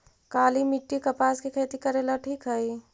काली मिट्टी, कपास के खेती करेला ठिक हइ?